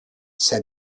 said